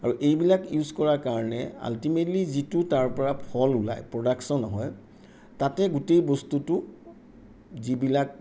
আৰু এইবিলাক ইউজ কৰাৰ কাৰণে আলটিমেটলি যিটো তাৰপৰা ফল ওলায় প্ৰডাকশ্যন হয় তাতে গোটেই বস্তুটো যিবিলাক